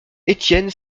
étienne